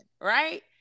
Right